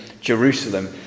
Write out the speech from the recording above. Jerusalem